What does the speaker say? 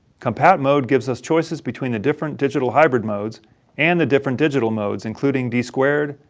compat mode gives us choices between the different digital hybrid modes and the different digital modes, including d squared,